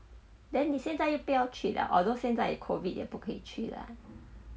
then 你现在又不要出了 although 现在有 COVID 也不可以去 lah